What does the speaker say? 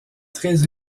très